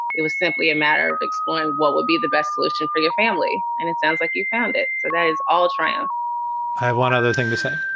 it was simply a matter of exploring what would be the best solution for your family. and it sounds like you found it. so that is. all right um i have one other thing to say,